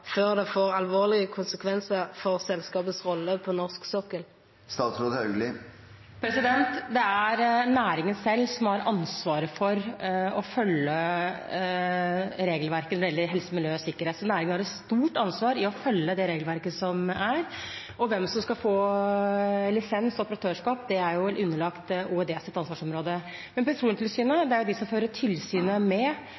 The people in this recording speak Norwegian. før det får alvorlege konsekvensar for selskapet si rolle på norsk sokkel. Det er næringen selv som har ansvaret for å følge regelverket når det gjelder helse, miljø og sikkerhet, så næringen har et stort ansvar i å følge det regelverket som er. Hvem som skal få lisens og operatørskap, er underlagt OED sitt ansvarsområde, men